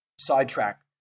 sidetrack